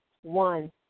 One